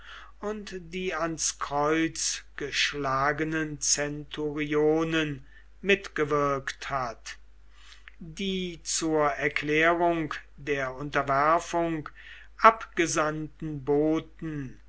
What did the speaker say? und die ans kreuz geschlagenen centurionen mitgewirkt hat die zur erklärung der unterwerfung abgesandten boten